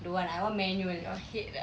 don't want I want manual